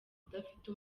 udafite